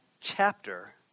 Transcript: chapter